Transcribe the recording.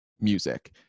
music